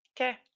Okay